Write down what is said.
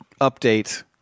update